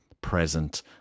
present